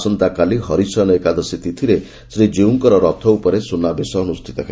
ଆସନ୍ତାକାଲି ହରିଶୟନ ଏକାଦଶୀ ତିଥିରେ ଶ୍ରୀଜୀଉଙ୍କର ରଥ ଉପରେ ସୁନାବେଶ ଅନୁଷ୍ଚିତ ହେବ